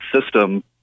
system